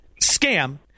scam